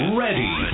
ready